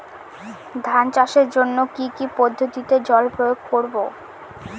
ধান চাষের জন্যে কি কী পদ্ধতিতে জল প্রয়োগ করব?